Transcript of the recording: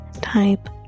type